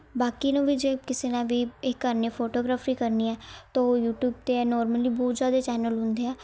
ਬਾਕੀ ਨੂੰ ਵੀ ਜੇ ਕਿਸੇ ਨੇ ਵੀ ਇਹ ਕਰਨੀ ਫੋਟੋਗ੍ਰਾਫੀ ਕਰਨੀ ਹੈ ਤਾਂ ਯੂਟਿਊਬ 'ਤੇ ਨੋਰਮਲੀ ਬਹੁਤ ਜ਼ਿਆਦਾ ਚੈਨਲ ਹੁੰਦੇ ਹੈ